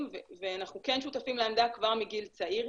ואנחנו כן שותפים לעמדה כבר מגיל צעיר,